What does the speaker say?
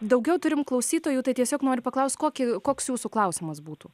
daugiau turim klausytojų tai tiesiog noriu paklaust kokį koks jūsų klausimas būtų